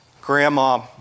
grandma